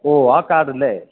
ഓ ആ കാർഡ് അല്ലേ